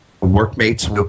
workmates